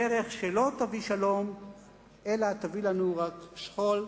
דרך שלא תביא שלום אלא תביא לנו רק שכול,